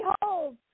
behold